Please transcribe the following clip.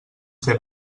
fer